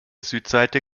südseite